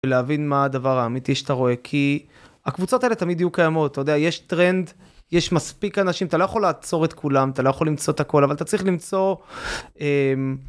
להבין מה הדבר האמיתי שאתה רואה כי הקבוצות האלה תמיד יהיו קיימות אתה יודע יש טרנד יש מספיק אנשים אתה לא יכול לעצור את כולם אתה לא יכול למצוא את הכל אבל אתה צריך למצוא.